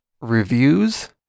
reviews